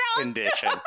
condition